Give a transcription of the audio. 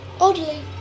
oddly